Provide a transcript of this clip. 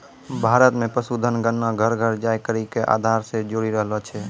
भारत मे पशुधन गणना घर घर जाय करि के आधार से जोरी रहलो छै